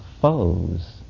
foes